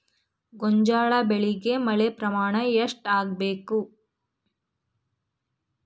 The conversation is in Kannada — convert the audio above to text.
ಗೋಂಜಾಳ ಬೆಳಿಗೆ ಮಳೆ ಪ್ರಮಾಣ ಎಷ್ಟ್ ಆಗ್ಬೇಕ?